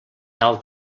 tal